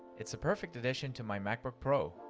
it's a perfect addition to my macbook pro.